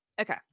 Okay